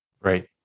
Right